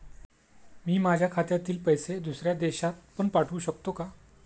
मी माझ्या खात्यातील पैसे दुसऱ्या देशात पण पाठवू शकतो का?